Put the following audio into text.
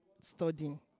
studying